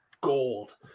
gold